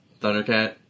Thundercat